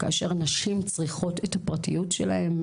כאשר הנשים צריכות את הפרטיות שלהן.